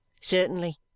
Certainly